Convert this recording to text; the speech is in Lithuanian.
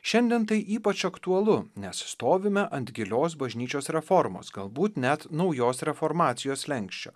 šiandien tai ypač aktualu nes stovime ant gilios bažnyčios reformos galbūt net naujos reformacijos slenksčio